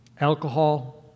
Alcohol